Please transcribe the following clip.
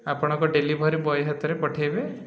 ଆପଣଙ୍କ delivery boy ହାତରେ ପଠେଇବେ